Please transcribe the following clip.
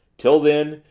till then,